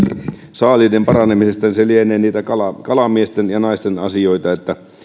saaliiden paranemisesta se lienee niitä kalamiesten ja naisten asioita